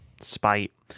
spite